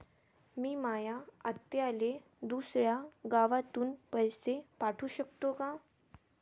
मी माया आत्याले दुसऱ्या गावातून पैसे पाठू शकतो का?